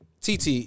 TT